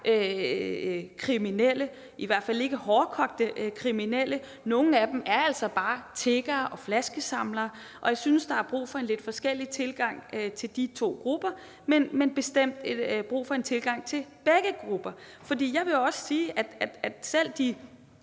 kriminelle, i hvert fald ikke hårdkogte kriminelle, nogle af dem er altså bare tiggere og flaskesamlere, og jeg synes, der er brug for en lidt forskellig tilgang til de to grupper, men bestemt brug for en tilgang til begge grupper. Og hvad angår de